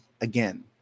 again